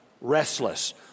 restless